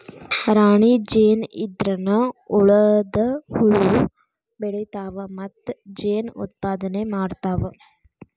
ರಾಣಿ ಜೇನ ಇದ್ರನ ಉಳದ ಹುಳು ಬೆಳಿತಾವ ಮತ್ತ ಜೇನ ಉತ್ಪಾದನೆ ಮಾಡ್ತಾವ